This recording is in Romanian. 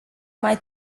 mai